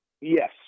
Yes